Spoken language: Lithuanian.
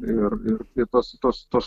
ir ir kai tos tos tos